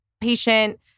patient